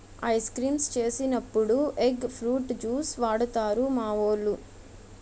ice creams చేసినప్పుడు egg fruit juice వాడుతారు మావోలు